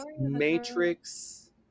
Matrix